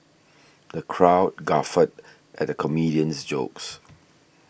the crowd guffawed at the comedian's jokes